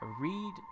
read